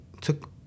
took